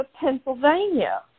Pennsylvania